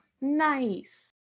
nice